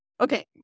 Okay